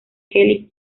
kelly